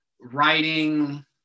writing